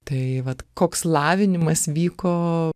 tai vat koks lavinimas vyko